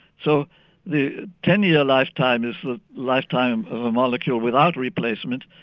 so the ten-year lifetime is the lifetime of a molecule without replacement,